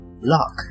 Luck